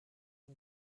این